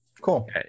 Cool